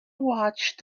watched